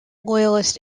loyalist